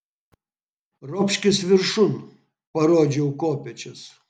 ropškis viršun parodžiau kopėčias